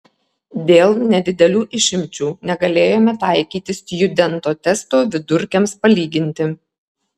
dėl nedidelių imčių negalėjome taikyti stjudento testo vidurkiams palyginti